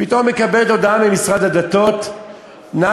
ופתאום מקבלת הודעה ממשרד הדתות: נא